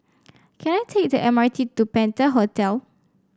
can I take the M R T to Penta Hotel